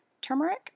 turmeric